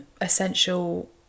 essential